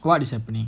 what is happening